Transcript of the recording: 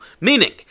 Meaning